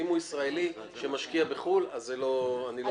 ואם הוא ישראלי שמשקיע בחו"ל אני לא מקבל את זה.